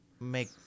make